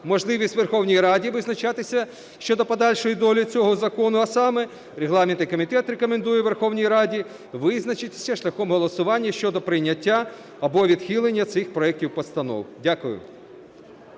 можливість Верховній Раді визначатися щодо подальшої долі цього закону. А саме: регламентний комітет рекомендує Верховній Раді визначитися шляхом голосування щодо прийняття або відхилення цих проектів постанов. Дякую.